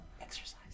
exercise